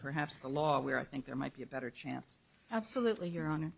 perhaps the law where i think there might be a better chance absolutely your hon